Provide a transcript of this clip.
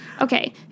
Okay